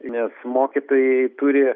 nes mokytojai turi